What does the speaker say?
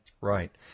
Right